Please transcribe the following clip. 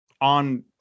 on